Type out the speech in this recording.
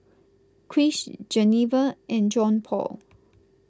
Krish Geneva and Johnpaul